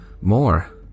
more